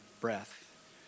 breath